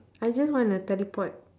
I just wanna teleport